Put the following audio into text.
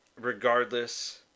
regardless